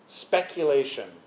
speculation